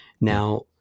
Now